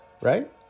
right